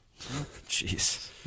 Jeez